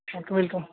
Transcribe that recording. welcome